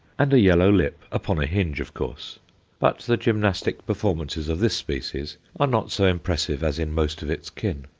and a yellow lip, upon a hinge, of course but the gymnastic performances of this species are not so impressive as in most of its kin.